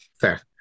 Fair